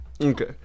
Okay